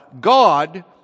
God